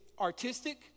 artistic